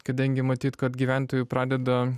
kadangi matyt kad gyventojų pradeda